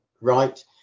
right